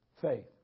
faith